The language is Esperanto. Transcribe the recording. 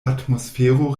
atmosfero